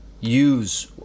use